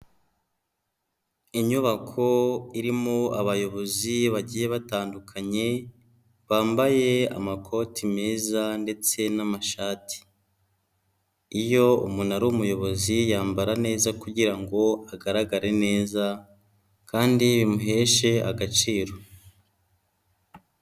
Inyubako irimo abayobozi bagiye batandukanye, bambaye amakoti meza ndetse n'amashati. Iyo umuntu ari umuyobozi yambara neza, kugira ngo agaragare neza kandi bimuheshe agaciro.